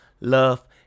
love